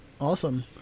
awesome